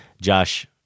Josh